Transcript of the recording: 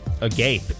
agape